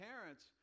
parents